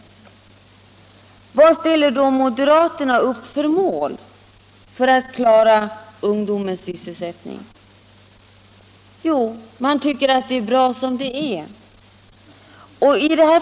Vad ställer då moderaterna upp för mål för att klara ungdomens sysselsättning? Jo, de tycker att allt är bra som det är.